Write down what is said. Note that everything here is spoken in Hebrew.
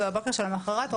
ובבוקר שלמוחרת.